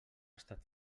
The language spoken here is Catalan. estat